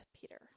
Peter